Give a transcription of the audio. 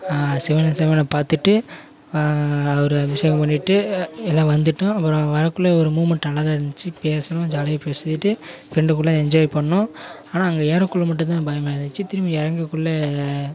சிவனை சிவனை பார்த்துட்டு அவர் அபிஷேகம் பண்ணிவிட்டு எல்லா வந்துவிட்டோம் அப்புறம் வரக்குள்ளே ஒரு மூமெண்ட் நல்லாதான் இருந்துச்சு பேசினோம் ஜாலியாக பேசிக்கிட்டு ஃப்ரெண்டு கூட என்ஜாய் பண்ணிணோம் ஆனால் அங்கே ஏறக்குள்ளே மட்டும் தான் பயமாக இருந்துச்சு திரும்பி இறங்கக்குள்ள